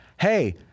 hey